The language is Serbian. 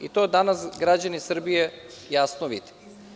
I to danas građani Srbije jasno vide.